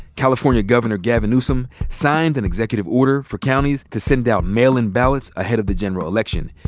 california governor gavin newsom signed an executive order for counties to send out mail-in ballots ahead of the general election,